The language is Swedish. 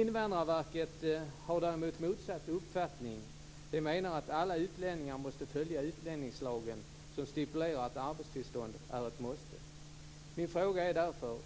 Invandrarverket har däremot motsatt uppfattning. De menar att alla utlänningar måste följa utlänningslagen, som stipulerar att arbetstillstånd är ett måste. Min fråga är därför